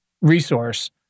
resource